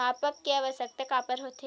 मापन के आवश्कता काबर होथे?